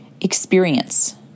experience